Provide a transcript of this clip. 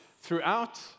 throughout